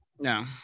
No